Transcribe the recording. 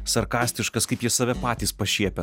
sarkastiškas kaip jie save patys pašiepia